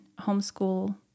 homeschool